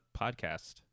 podcast